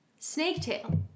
Snaketail